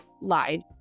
lied